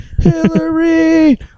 Hillary